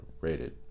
rated